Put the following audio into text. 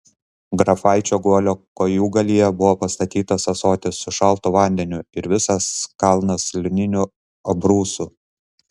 grafaičio guolio kojūgalyje buvo pastatytas ąsotis su šaltu vandeniu ir visas kalnas lininių abrūsų